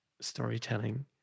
storytelling